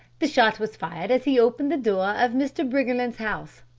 the shot was fired as he opened the door of mr. briggerland's house.